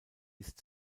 ist